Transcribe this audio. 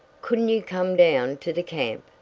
couldn't you come down to the camp,